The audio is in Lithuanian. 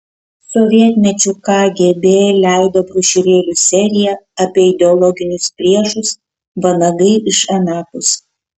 sovietmečiu kgb leido brošiūrėlių seriją apie ideologinius priešus vanagai iš anapus